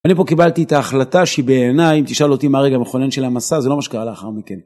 אני פה קיבלתי את ההחלטה שהיא בעיניי, אם תשאל אותי מה הרגע המכונן של המסע, זה לא מה שקרה לאחר מכן.